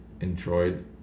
enjoyed